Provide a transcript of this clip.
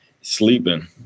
sleeping